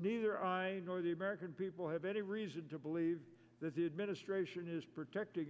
neither i nor the american people have any reason to believe that the administration is protecting